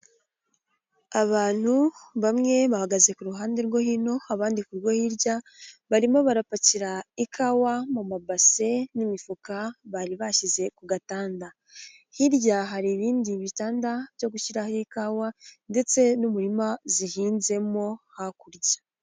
Abantu bamwe bahagaze ku ruhande rwo hino abandi ku rwo hirya, barimo barapakira ikawa mu mabase n'imifuka bari bashyize ku gatanda, hirya hari ibindi bitanda byo gushyiraho ikawa ndetse n'umurima zihinzemo hakurya.